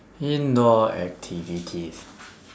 indoor activities